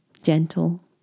gentle